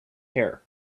hair